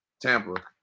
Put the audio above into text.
Tampa